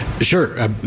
Sure